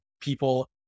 people